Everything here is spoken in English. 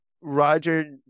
Roger